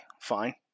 fine